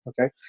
Okay